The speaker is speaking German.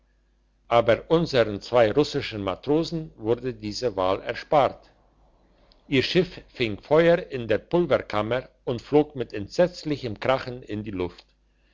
aber unsern zwei russischen matrosen wurde diese wahl erspart ihr schiff fing feuer in der pulverkammer und flog mit entsetzlichem krachen in die luft